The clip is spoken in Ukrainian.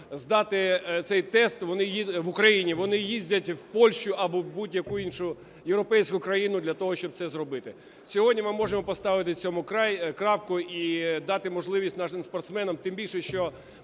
здати цей тест в Україні, вони їздять в Польщу або будь-яку іншу європейську країну для того, щоб це зробити. Сьогодні ми можемо поставити цьому край, крапку і дати можливість нашим спортсменам... Тим більше, що,